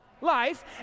Life